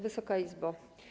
Wysoka Izbo!